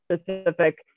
specific